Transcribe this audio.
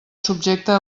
subjecte